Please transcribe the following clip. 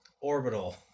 orbital